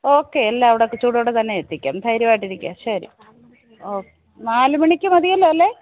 okay എല്ലാം അവിടൊക്കെ ചൂടോടെ തന്നെ എത്തിക്കാം ധൈര്യമായിട്ടിരിക്കൂ ശരി ഓ നാലു മണിക്കു മതിയല്ലോ അല്ലേ